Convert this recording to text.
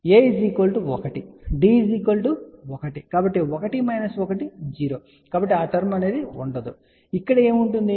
కాబట్టి A 1 D 1 కాబట్టి 1 1 0 కాబట్టి ఆ టర్మ్ ఉండదు మరియు ఇక్కడ ఏమి ఉంటుంది